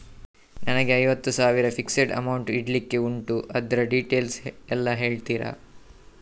ನನಗೆ ಐವತ್ತು ಸಾವಿರ ಫಿಕ್ಸೆಡ್ ಅಮೌಂಟ್ ಇಡ್ಲಿಕ್ಕೆ ಉಂಟು ಅದ್ರ ಡೀಟೇಲ್ಸ್ ಎಲ್ಲಾ ಹೇಳ್ತೀರಾ?